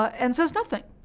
and says nothing,